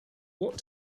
what